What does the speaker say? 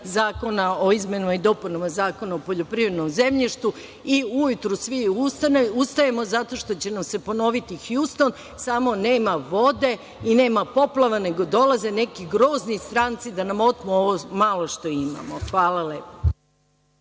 Zakona o izmenama i dopunama Zakona o poljoprivrednom zemljištu i ujutru svi ustajemo zato što će nam se ponoviti Hjuston, samo nema vode i nema poplava, nego dolaze neki grozni stranci da nam otmu ovo malo što imamo. Hvala.